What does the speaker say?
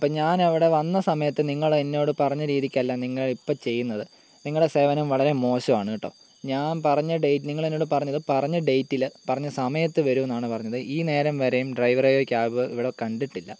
അപ്പോൾ ഞാനവിടെ വന്ന സമയത്ത് നിങ്ങളെന്നോട് പറഞ്ഞത് രീതിക്കല്ല നിങ്ങളിപ്പോൾ ചെയ്യുന്നത് നിങ്ങളെ സേവനം വളരെ മോശമാണ് കേട്ടോ ഞാൻ പറഞ്ഞ ഡേറ്റ് നിങ്ങളെന്നോട് പറഞ്ഞത് പറഞ്ഞ ഡെയ്റ്റില് പറഞ്ഞ സമയത്ത് വരുമെന്നാണ് പറഞ്ഞത് ഈ നേരംവരെയും ഡ്രൈവറേയോ ക്യാബ് ഇവിടെ കണ്ടിട്ടില്ല